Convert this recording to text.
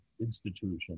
institution